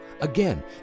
Again